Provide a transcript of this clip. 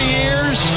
years